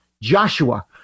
Joshua